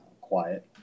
quiet